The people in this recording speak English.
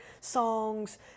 songs